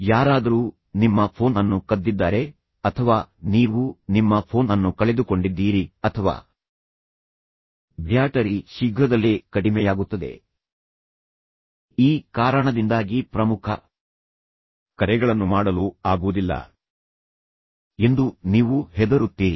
ಯಾರಾದರೂ ನಿಮ್ಮ ಫೋನ್ ಅನ್ನು ಕದ್ದಿದ್ದಾರೆ ಅಥವಾ ನೀವು ನಿಮ್ಮ ಫೋನ್ ಅನ್ನು ಕಳೆದುಕೊಂಡಿದ್ದೀರಿ ಅಥವಾ ಬ್ಯಾಟರಿ ಶೀಘ್ರದಲ್ಲೇ ಕಡಿಮೆಯಾಗುತ್ತದೆ ಈ ಕಾರಣದಿಂದಾಗಿ ಪ್ರಮುಖ ಕರೆಗಳನ್ನು ಮಾಡಲು ಆಗುವುದಿಲ್ಲ ಎಂದು ನೀವು ಹೆದರುತ್ತೀರಿ